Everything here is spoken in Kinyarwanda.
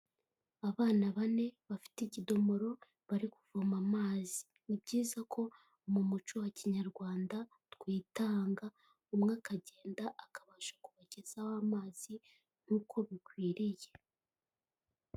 abana bane bafite ikidomoro bari kuvoma amazi, ni byiza ko mu muco wa Kinyarwanda twitanga umwe akagenda akabasha kubagezaho amazi nk'uko bikwiriye.